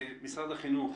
משרד החינוך,